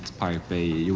pirate bay